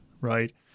right